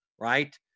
right